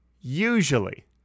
usually